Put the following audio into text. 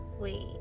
wait